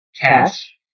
Cash